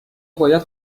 باید